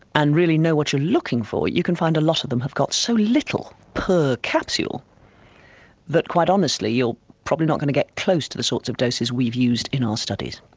and really know what you're looking for, you can find a lot of them have got so little per capsule that quite honestly you're probably not going to get close to the sorts of doses we've used in our studies,